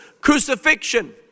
crucifixion